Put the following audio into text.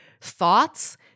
thoughts